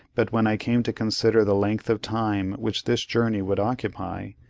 but when i came to consider the length of time which this journey would occupy,